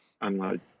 unload